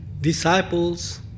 disciples